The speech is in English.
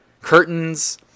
curtains